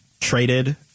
traded